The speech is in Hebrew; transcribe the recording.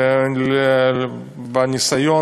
בניסיון,